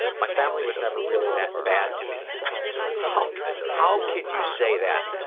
my family was never really that bad to me how how can you say that?